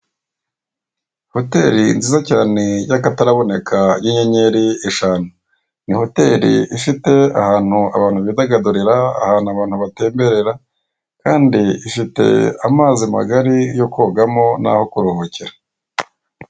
Hoteli nziza cyane y'akataraboneka y'inyenyeri eshanu ni hoteli ifite ahantu abantu bidagadurira ahantu abantu batemberera kandi ifite amazi magari yo kogamo n'aho kuruhukira.